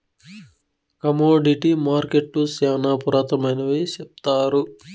commodity మార్కెట్టులు శ్యానా పురాతనమైనవి సెప్తారు